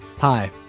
Hi